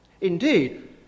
Indeed